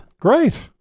great